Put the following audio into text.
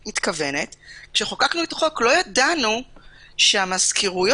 כשחוקקנו את החוק, לא ידענו שהמזכירויות